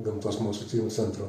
gamtos mokslų centro